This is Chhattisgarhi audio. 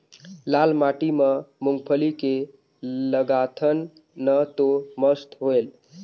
लाल माटी म मुंगफली के लगाथन न तो मस्त होयल?